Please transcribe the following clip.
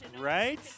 Right